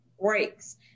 breaks